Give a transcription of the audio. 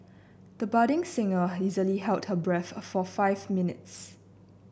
the budding singer easily held her breath a for five minutes